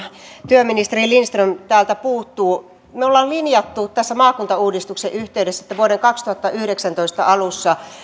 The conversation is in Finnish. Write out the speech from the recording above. työministeri lindström täältä puuttuu me olemme linjanneet tässä maakuntauudistuksen yhteydessä että vuoden kaksituhattayhdeksäntoista alussa